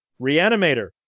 Reanimator